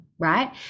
right